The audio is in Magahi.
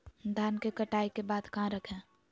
धान के कटाई के बाद कहा रखें?